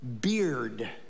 beard